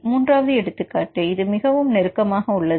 மூன்றாவது எடுத்துக்காட்டு இது மிகவும் நெருக்கமாக உள்ளது